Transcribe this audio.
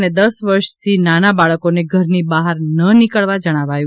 અને દસ વર્ષથી નાના બાળકોને ઘરની બહાર ન નીકળવા જણાવાયું